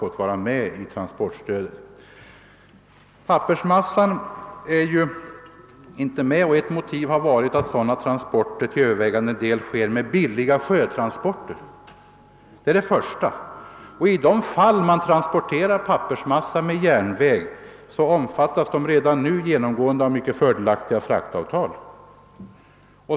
Vårt motiv för att inte ta med pappersmassan har varit att sådana transporter till övervägande del sker med billiga sjötransportmedel. Det är det första. I de fall då pappersmassan transporteras på järnväg får man redan nu mycket fördelaktiga fraktavtal.